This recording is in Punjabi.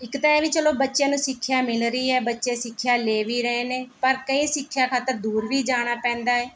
ਇੱਕ ਤਾਂ ਇਹ ਵੀ ਚਲੋ ਬੱਚਿਆਂ ਨੂੰ ਸਿੱਖਿਆ ਮਿਲ ਰਹੀ ਹੈ ਬੱਚੇ ਸਿੱਖਿਆ ਲੈ ਵੀ ਰਹੇ ਨੇ ਪਰ ਕਈ ਸਿੱਖਿਆ ਖਾਤਰ ਦੂਰ ਵੀ ਜਾਣਾ ਪੈਂਦਾ ਹੈ